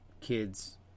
kids